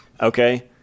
Okay